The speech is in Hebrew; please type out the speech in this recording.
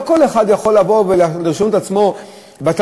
לא כל אחד יכול לבוא ולרשום את עצמו בטאבו,